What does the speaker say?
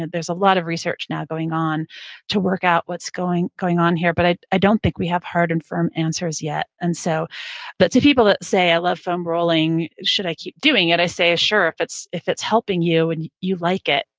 there's a lot of research now going on to work out what's going going on here, but i i don't think we have hard and firm answers yet and so but to people that say, i love foam rolling. should i keep doing it? i say, sure, if it's if it's helping you and you like it,